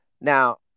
Now